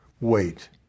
wait